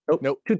Nope